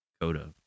Coda